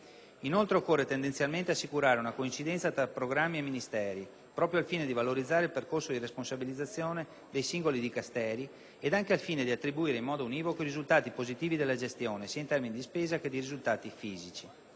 Inoltre, occorre tendenzialmente assicurare una coincidenza tra programmi e Ministeri, proprio al fine di valorizzare il percorso di responsabilizzazione dei singoli Dicasteri ed anche al fine di attribuire, in modo univoco, i risultati positivi della gestione, sia in termini di spesa che di risultati «fisici».